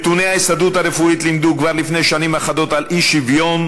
נתוני ההסתדרות הרפואית לימדו כבר לפני שנים אחדות על אי-שוויון,